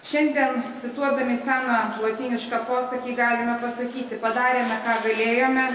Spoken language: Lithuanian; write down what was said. šiandien cituodami seną lotynišką posakį galime pasakyti padarėme ką galėjome